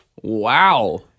Wow